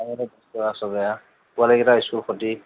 পোৱালীকেইটাৰ school খতি